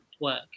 work